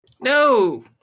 No